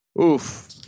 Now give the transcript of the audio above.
Oof